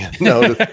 No